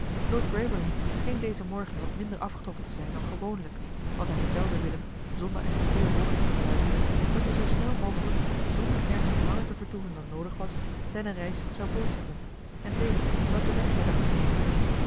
greybury scheen dezen morgen wat minder afgetrokken te zijn dan gewoonlijk want hij vertelde willem zonder echter veel woorden te gebruiken dat hij zoo snel mogelijk zonder ergens langer te vertoeven dan noodig was zijne reis zou voortzetten en tevens welken weg hij dacht te nemen